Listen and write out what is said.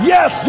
Yes